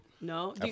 No